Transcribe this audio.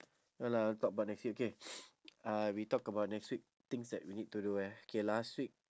no lah we talk about next week okay uh we talk about next week things that we need to do eh K last week